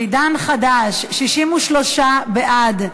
עידן חדש: 63 בעד,